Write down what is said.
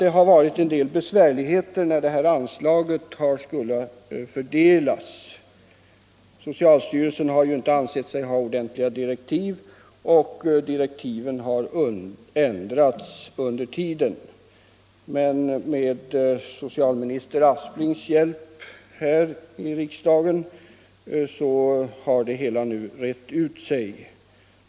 Det har varit en del besvärligheter när detta anslag skulle fördelas, därför att socialstyrelsen ansåg sig inte ha fått ordentliga direktiv. Direktiven har också ändrats under tiden. Men med socialminister Asplings hjälp här i riksdagen har besvärligheterna nu ändå rett upp sig.